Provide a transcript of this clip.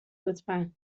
لطفا